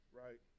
right